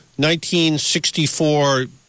1964